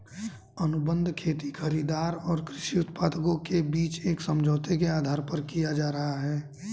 अनुबंध खेती खरीदार और कृषि उत्पादकों के बीच एक समझौते के आधार पर किया जा रहा है